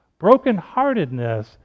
Brokenheartedness